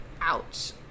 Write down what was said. Ouch